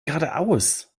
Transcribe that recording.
geradeaus